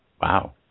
wow